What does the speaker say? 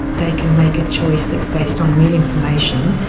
they can make a choice that's based on real information,